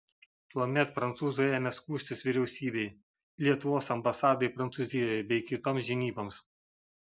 tuomet prancūzai ėmė skųstis vyriausybei lietuvos ambasadai prancūzijoje bei kitoms žinyboms